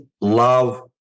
love